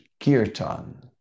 Kirtan